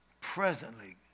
presently